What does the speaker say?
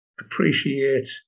appreciate